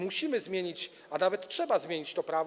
Musimy zmienić, a nawet trzeba zmienić, to prawo.